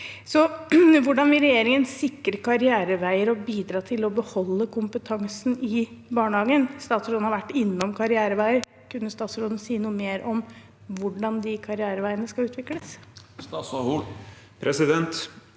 Hvordan vil regjeringen sikre karriereveier og bidra til å beholde kompetansen i barnehagen? Statsråden har vært innom karriereveier. Kunne statsråden si noe mer om hvordan de karriereveiene skal utvikles?